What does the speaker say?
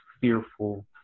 fearful